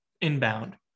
inbound